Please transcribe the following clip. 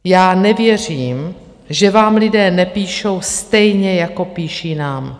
Já nevěřím, že vám lidé nepíšou stejně, jako píšou nám.